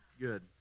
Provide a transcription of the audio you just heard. Good